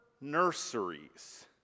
nurseries